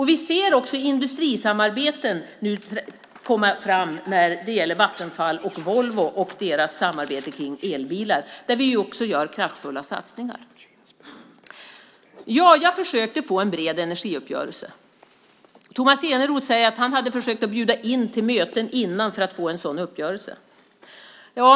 Vi ser också industrisamarbeten komma fram när det gäller Vattenfall och Volvo och deras samarbete kring elbilar, där vi också gör kraftfulla satsningar. Ja, jag försökte få en bred energiuppgörelse. Tomas Eneroth säger att han hade försökt att bjuda in till möten innan för att få en sådan uppgörelse.